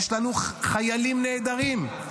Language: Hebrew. יש לנו חיילים נהדרים,